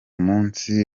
munsi